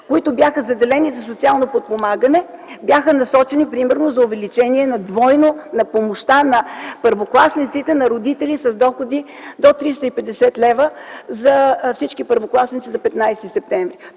ресурсите, заделени за социално подпомагане, бяха насочени примерно за увеличение двойно на помощта на първокласниците на родители с доходи до 350 лв. – за всички първокласници, за 15 септември.